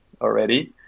already